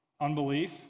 unbelief